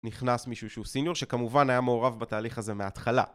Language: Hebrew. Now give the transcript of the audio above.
נכנס מישהו שהוא סיניור שכמובן היה מעורב בתהליך הזה מההתחלה